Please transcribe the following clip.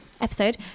episode